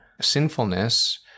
sinfulness